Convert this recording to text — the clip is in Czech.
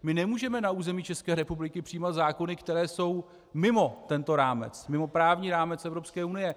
My nemůžeme na území České republiky přijímat zákony, které jsou mimo tento rámec, mimo právní rámec Evropské unie.